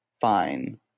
fine